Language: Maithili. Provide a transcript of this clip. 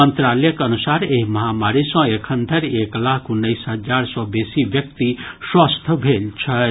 मंत्रालयक अनुसार एहि महामारी सॅ एखन धरि एक लाख उन्नैस हजार सॅ बेसी व्यक्ति स्वस्थ भेल छथि